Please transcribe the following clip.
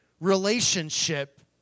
relationship